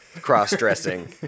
cross-dressing